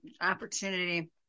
opportunity